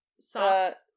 Socks